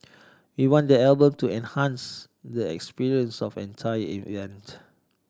we want the album to enhance the experience of entire event